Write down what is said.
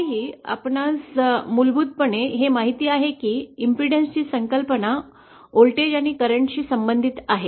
तरीही आपणास मूलभूतपणे हे माहित आहे की प्रतिबाधा ची संकल्पना व्होल्टेज आणि करंटशी संबंधित आहे